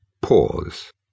Pause